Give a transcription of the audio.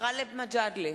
גאלב מג'אדלה,